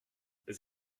les